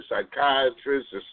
psychiatrists